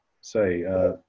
say